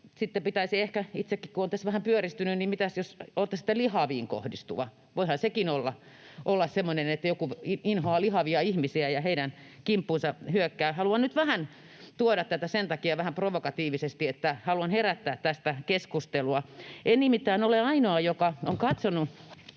kun olen tässä vähän pyöristynyt — mitäs jos onkin sitten lihaviin kohdistuva? Voihan sekin olla, että joku inhoaa lihavia ihmisiä ja heidän kimppuunsa hyökkää. Haluan nyt tuoda tätä sen takia vähän provokatiivisesti, että haluan herättää tästä keskustelua. En nimittäin ole ainoa, joka on katsonut,